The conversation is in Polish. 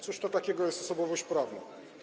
Cóż to takiego jest osobowość prawna?